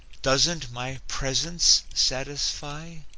doesn't my presence satisfy?